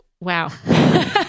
Wow